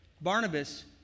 Barnabas